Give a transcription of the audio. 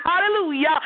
hallelujah